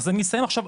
אז אני אסיים עכשיו,